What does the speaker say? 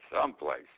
someplace